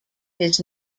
his